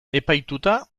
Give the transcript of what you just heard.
epaituta